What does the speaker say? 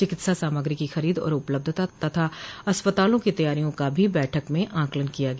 चिकित्सा सामग्री की खरीद और उपलब्धता तथा अस्पतालों की तैयारियों का भी बैठक में आकलन किया गया